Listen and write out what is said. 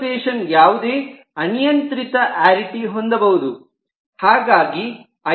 association ಯಾವುದೇ ಅನಿಯಂತ್ರಿತ arity ಹೊಂದಬಹುದು